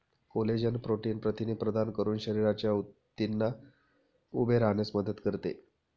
collagen protein प्रथिने प्रदान करून शरीराच्या ऊतींना उभे राहण्यास मदत करते